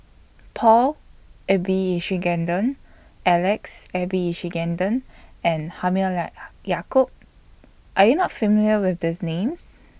Paul Abisheganaden Alex Abisheganaden and Yacob Are YOU not familiar with These Names